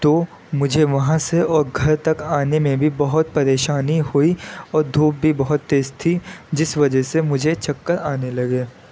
تو مجھے وہاں سے اور گھر تک آنے میں بھی بہت پریشانی ہوئی اور دھوپ بھی بہت تیز تھی جس وجہ سے مجھے چکر آنے لگے